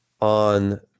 on